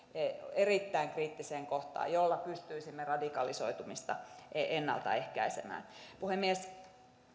erittäin kriittiseen kohtaan jolla pystyisimme radikalisoitumista ennalta ehkäisemään puhemies